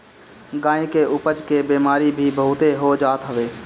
गाई के अपच के बेमारी भी बहुते हो जात हवे